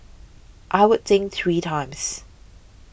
I would think three times